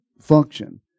function